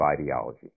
ideology